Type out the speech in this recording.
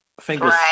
fingers